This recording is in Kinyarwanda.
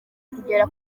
kugera